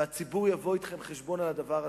והציבור יבוא אתכם חשבון על הדבר הזה.